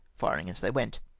firing as they went.